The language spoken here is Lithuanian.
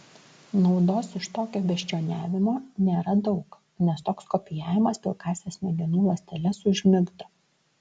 naudos iš tokio beždžioniavimo nėra daug nes toks kopijavimas pilkąsias smegenų ląsteles užmigdo